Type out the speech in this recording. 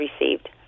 received